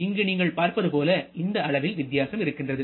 இங்கு நீங்கள் பார்ப்பதுபோல இந்த அளவில் வித்தியாசம் இருக்கிறது